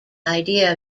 idea